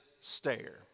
stare